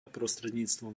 prostredníctvom